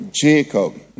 Jacob